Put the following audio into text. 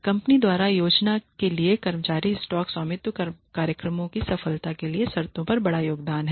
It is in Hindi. कंपनी द्वारा योजना के लिए कर्मचारी स्टॉक स्वामित्व कार्यक्रमों की सफलता के लिए शर्तों का बड़ा योगदान है